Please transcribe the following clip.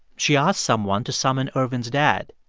she asked someone to summon ervin's dad.